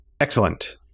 Excellent